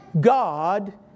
God